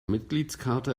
mitgliedskarte